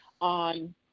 on